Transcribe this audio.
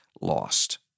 lost